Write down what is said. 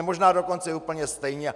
Možná dokonce úplně stejně.